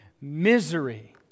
misery